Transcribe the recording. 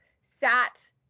sat